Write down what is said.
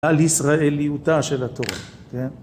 על ישראליותה של התורה, כן...